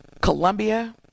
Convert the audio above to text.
Colombia